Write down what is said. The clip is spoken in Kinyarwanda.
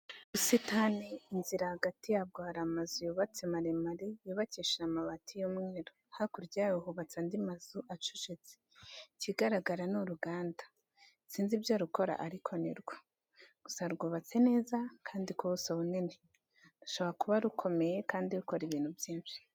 Ubusitani, inzira hagati yabwo hari amazu yubatse maremare yubakishije amabati y'umweru, hakurya yayo hubatse andi mazu acucitse. Ikigaragara ni uruganda. Sinzi ibyo rukora ariko ni rwo. Gusa rwubatse neza kandi ku buso bunini. Rushobora kuba rukomeye kandi rukora ibintu byinshi.